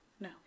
No